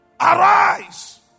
arise